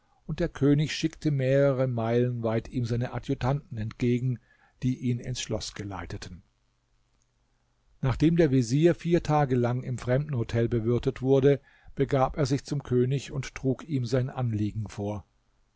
und der könig schickte mehrere meilen weit ihm seine adjutanten entgegen die ihn ins schloß geleiteten nachdem der vezier vier tage lang im fremdenhotel bewirtet wurde begab er sich zum könig und trug ihm sein anliegen vor